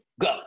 go